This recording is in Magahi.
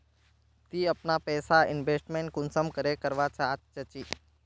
ती अपना पैसा इन्वेस्टमेंट कुंसम करे करवा चाँ चची?